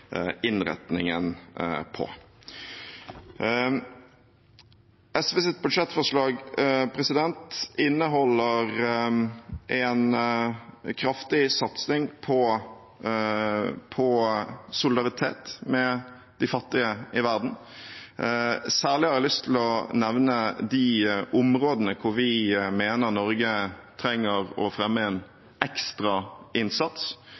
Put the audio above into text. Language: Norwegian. innretningen på det med andre partier. SVs budsjettforslag inneholder en kraftig satsing på solidaritet med de fattige i verden. Særlig har jeg lyst til å nevne de områdene der vi mener Norge trenger å fremme en ekstra innsats.